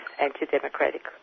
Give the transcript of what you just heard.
anti-democratic